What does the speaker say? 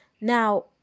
Now